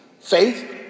Faith